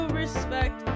respect